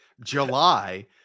July